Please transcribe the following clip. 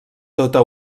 tota